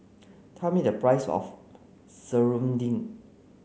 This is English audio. tell me the price of Serunding